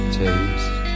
taste